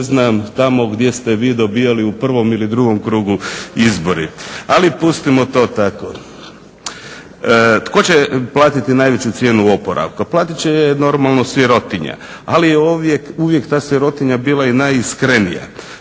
ne znam tamo gdje ste vi dobivali u prvom ili drugom krugu izbore. Ali pustimo to tako. Tko će platiti najveću cijenu oporavka? Platit će je normalno sirotinja, ali uvijek je ta sirotinja bila i najiskrenija.